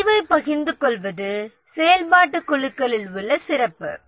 அறிவைப் பகிர்ந்து கொள்ளும் செயல்பாட்டுக் குழுக்களில் உள்ள சிறப்பு குழுக்கள்